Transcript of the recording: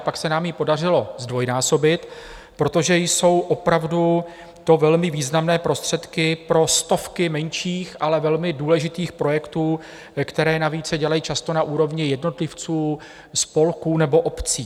Pak se nám ji podařilo zdvojnásobit, protože jsou opravdu to velmi významné prostředky pro stovky menších, ale velmi důležitých projektů, které navíc se dělají často na úrovni jednotlivců, spolků nebo obcí.